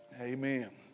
amen